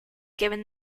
given